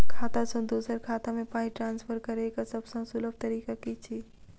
खाता सँ दोसर खाता मे पाई ट्रान्सफर करैक सभसँ सुलभ तरीका की छी?